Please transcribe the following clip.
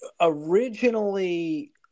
originally